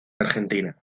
argentina